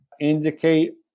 indicate